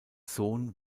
sohn